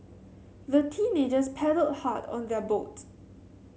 the teenagers paddled hard on their boat